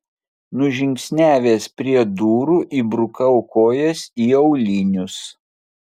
nužingsniavęs prie durų įbrukau kojas į aulinius